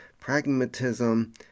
pragmatism